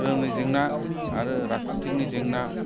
धोरोमनि जेंना आरो राजनिथिकनि जेंना